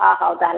ଅ ହଉ ତାହେଲେ